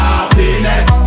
Happiness